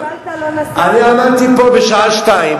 אני עמדתי פה בשעה 02:00,